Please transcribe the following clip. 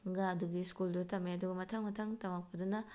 ꯒ ꯑꯗꯨꯒꯤ ꯁ꯭ꯀꯨꯜꯗꯨꯗ ꯇꯝꯃꯛꯑꯦ ꯑꯗꯨꯒ ꯃꯊꯪ ꯃꯊꯪ ꯇꯝꯃꯛꯄꯗꯨꯅ